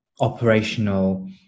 operational